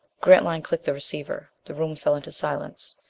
grantline clicked the receiver. the room fell into silence.